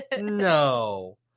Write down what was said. No